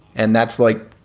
and that's like